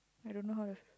I don't know how